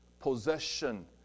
possession